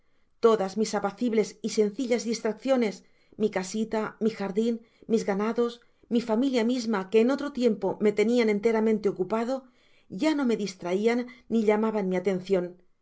todas mis apacibles y sencillas distracciones mi casita mi jardin mis ganados mi familia misma que en otro tiempo me tenian enteramente ocupado ya no me distraian ni liaban mi atencion